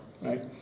right